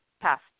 passed